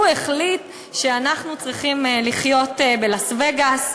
הוא החליט שאנחנו צריכים לחיות בלאס-וגאס,